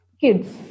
kids